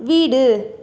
வீடு